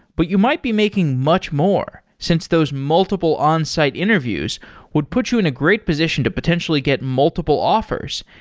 but you might be making much more since those multiple onsite interviews would put you in a great position to potentially get multiple offers,